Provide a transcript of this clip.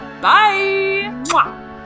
bye